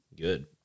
good